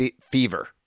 Fever